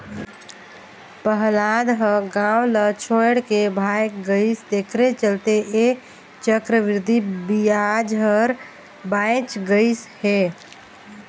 पहलाद ह गाव ल छोएड के भाएग गइस तेखरे चलते ऐ चक्रबृद्धि बियाज हर बांएच गइस हे